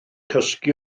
cysgu